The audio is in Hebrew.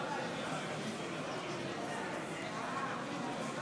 הצעת האי-אמון של ישראל ביתנו